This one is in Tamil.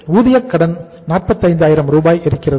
ஊதியம் கடன் 45000 இருக்கிறது